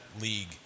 league